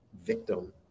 victim